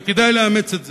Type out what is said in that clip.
וכדאי לאמץ את זה.